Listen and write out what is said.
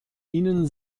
ihnen